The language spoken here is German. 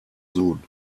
sohn